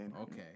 okay